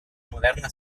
moderna